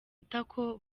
itako